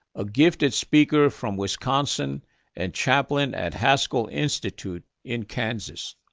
a gifted speaker from wisconsin and chaplain at haskell institute in kansas.